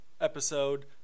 episode